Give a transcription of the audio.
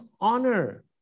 honor